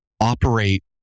operate